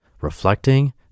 reflecting